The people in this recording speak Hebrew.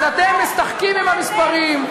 אז אתם משחקים עם המספרים,